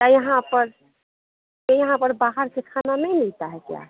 यहाँ पर यहाँ पर बाहर से खाना नहीं मिलता है क्या